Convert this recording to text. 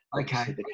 okay